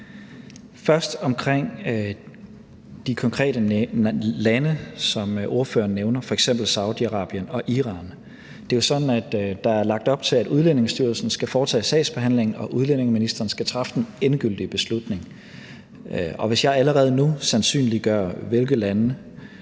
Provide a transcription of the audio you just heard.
Først omkring de konkrete lande, som ordføreren nævner, f.eks. Saudi-Arabien og Iran: Det er jo sådan, at der er lagt op til, at Udlændingestyrelsen skal foretage en sagsbehandling, og at udlændingeministeren skal træffe den endegyldige beslutning, og hvis jeg allerede nu sandsynliggør, hvilke landes